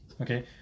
Okay